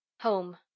Home